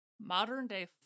modern-day